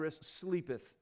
sleepeth